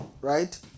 right